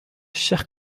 chers